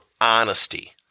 honesty